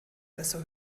besser